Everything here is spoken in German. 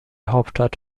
hauptstadt